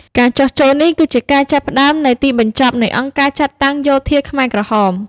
ការចុះចូលនេះគឺជាការចាប់ផ្តើមនៃទីបញ្ចប់នៃអង្គការចាត់តាំងយោធាខ្មែរក្រហម។